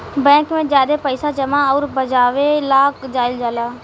bank में ज्यादे पइसा जमा अउर भजावे ला जाईल जाला